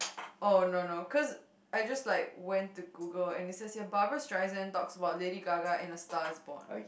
oh no no cause I just like went to Google and it says here Barbra-Streisand talks about Lady-Gaga in stars born